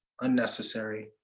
unnecessary